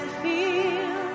feel